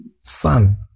Son